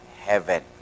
heaven